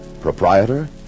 Proprietor